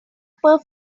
per